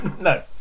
No